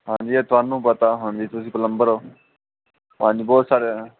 ਹਾਂਜੀ ਇਹ ਤੁਹਾਨੂੰ ਪਤਾ ਹੋਣਾ ਜੀ ਤੁਸੀਂ ਪਲੰਬਰ ਹੋ ਹਾਂਜੀ ਬਹੁਤ ਸਰ